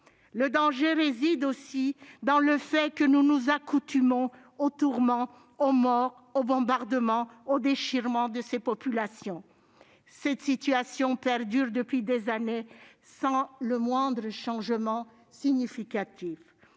Le danger réside aussi dans le fait que nous nous accoutumons aux tourments, aux morts, aux bombardements, au déchirement de ces populations. Cette situation perdure depuis des années, sans le moindre changement significatif.